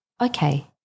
Okay